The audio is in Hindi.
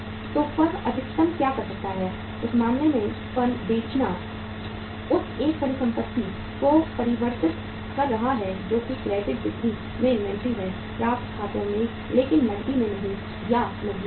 तो फर्म अधिकतम क्या कर सकता है उस मामले में फर्म बेचना उस एक परिसंपत्ति को परिवर्तित कर रहा है जो कि क्रेडिट बिक्री में इन्वेंट्री है प्राप्य खातों में लेकिन नकदी में नहीं या नकदी में नहीं